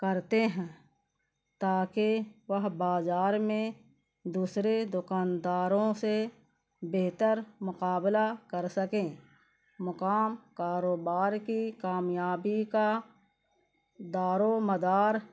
کرتے ہیں تاکہ وہ بازار میں دوسرے دکانداروں سے بہتر مقابلہ کر سکیں مقام کاروبار کی کامیابی کا دار و مدار